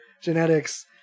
genetics